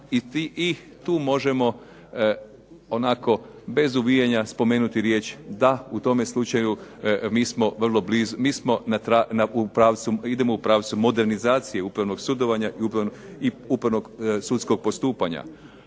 ih tu možemo onako bez uvijanja spomenuti riječ da u tome slučaju mi smo u pravcu modernizacije upravnog sudovanja i upravnog sudskog postupanja.